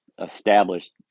established